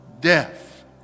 death